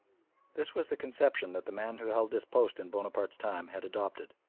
this was the conception that the man who held this post in bonaparte's time had adopted.